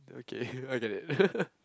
okay I'll get it